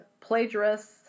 Plagiarists